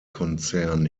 konzern